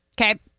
Okay